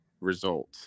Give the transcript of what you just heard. result